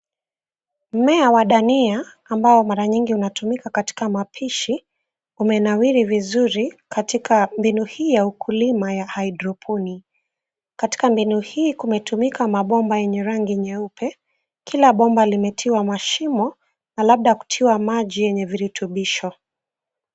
Mmea wa dania ambao mara nyingi unatumika katika mapishi, umenawiri vizuri katika mbinu hii ya ukulima ya haidroponi. Katika mbinu hii kumetumika mabomba yenye rangi nyeupe, kila bomba limetiwa mashimo na labda kutiwa maji yenye virutubisho.